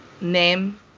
name